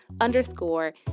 underscore